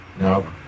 No